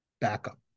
backup